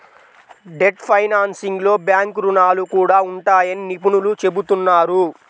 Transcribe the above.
debt ఫైనాన్సింగ్లో bank రుణాలు కూడా ఉంటాయని నిపుణులు చెబుతున్నారు